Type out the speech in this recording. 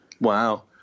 Wow